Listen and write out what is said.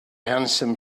handsome